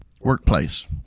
workplace